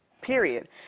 Period